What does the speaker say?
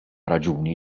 raġuni